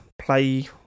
Play